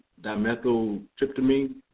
dimethyltryptamine